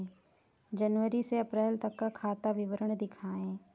जनवरी से अप्रैल तक का खाता विवरण दिखाए?